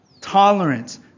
tolerance